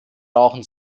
rauchen